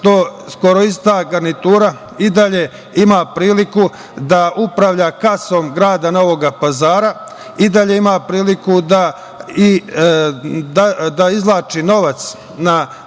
što skoro ista garnitura i dalje ima priliku da upravlja kasom grada Novog Pazara, i dalje ima priliku da izvlači novac na razne